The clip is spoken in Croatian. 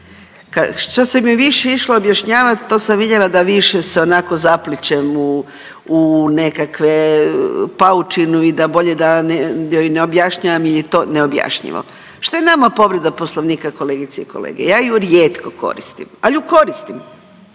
Što sam joj više išla objašnjavat to sam vidjela da više se onako zaplićem u, u nekakve paučinu i da bolje, da joj ne objašnjavam jer je to neobjašnjivo. Što je nama povreda Poslovnika kolegice i kolege? Ja ju rijetko koristim, ali ju koristim.